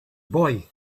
boy